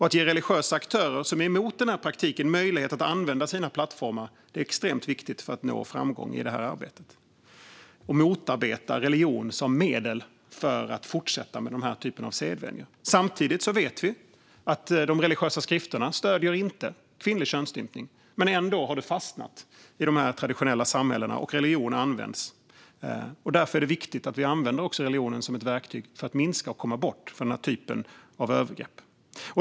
Att ge religiösa aktörer som är emot den här praktiken möjlighet att använda sina plattformar är extremt viktigt för att nå framgång i det här arbetet och motarbeta religion som medel för att fortsätta med den här typen av sedvänjor. Samtidigt vet vi att de religiösa skrifterna inte stöder kvinnlig könsstympning. Ändå har detta fastnat i de traditionella samhällena, och religionen används. Därför är det viktigt att vi också använder religionen som ett verktyg för att minska och komma bort från denna typ av övergrepp.